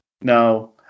No